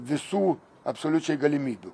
visų absoliučiai galimybių